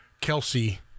Kelsey